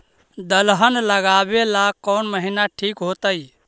दलहन लगाबेला कौन महिना ठिक होतइ?